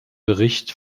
bericht